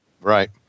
right